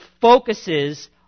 focuses